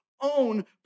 own